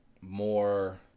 more